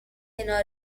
کنار